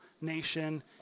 nation